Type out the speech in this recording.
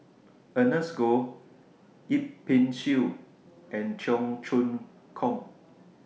Ernest Goh Yip Pin Xiu and Cheong Choong Kong